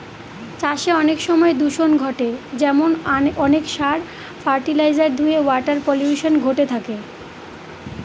চাষে অনেক সময় দূষন ঘটে যেমন অনেক সার, ফার্টিলাইজার ধূয়ে ওয়াটার পলিউশন ঘটে থাকে